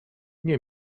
nie